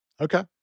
Okay